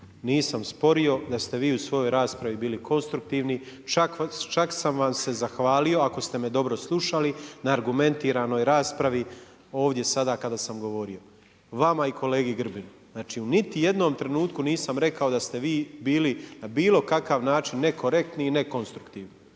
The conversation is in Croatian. nisam sporio da ste vi u svojoj raspravi bili konstruktivni, čak sam vam se zahvalio ako ste me dobro slušali, na argumentiranoj raspravi ovdje sada kada sam govorio. Vama i kolegi Grbinu. Znači, u niti jednom trenutku nisam rekao da ste vi bili na bilokakav način nekorektni i nekonstruktivni,